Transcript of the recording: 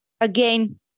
again